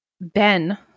Ben